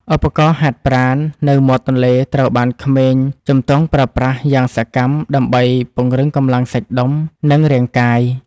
ឧបករណ៍ហាត់ប្រាណនៅមាត់ទន្លេត្រូវបានក្មេងជំទង់ប្រើប្រាស់យ៉ាងសកម្មដើម្បីពង្រឹងកម្លាំងសាច់ដុំនិងរាងកាយ។